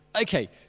Okay